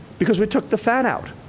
because we took the fat out,